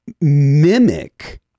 mimic